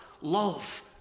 love